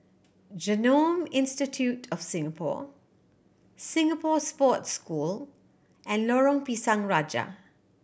Genome Institute of Singapore Singapore Sports School and Lorong Pisang Raja